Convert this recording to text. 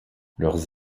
leurs